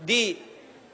di